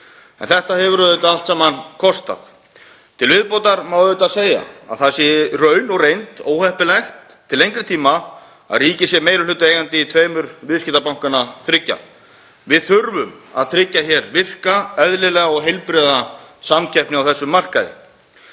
Þetta hefur auðvitað allt saman kostað. Til viðbótar má auðvitað segja að það sé í raun og reynd óheppilegt til lengri tíma að ríkið sé meirihlutaeigandi í tveimur viðskiptabankanna þriggja. Við þurfum að tryggja hér virka, eðlilega og heilbrigða samkeppni á þessum markaði.